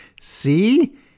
see